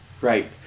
Right